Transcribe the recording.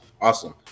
Awesome